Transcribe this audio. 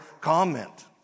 comment